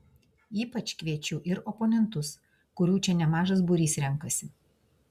ypač kviečiu ir oponentus kurių čia nemažas būrys renkasi